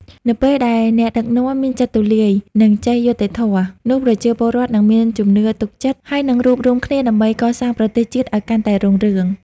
នៅពេលដែលអ្នកដឹកនាំមានចិត្តទូលាយ និងចេះយុត្តិធម៌ នោះប្រជាពលរដ្ឋនឹងមានជំនឿទុកចិត្ត ហើយនឹងរួបរួមគ្នាដើម្បីកសាងប្រទេសជាតិឱ្យកាន់តែរុងរឿង។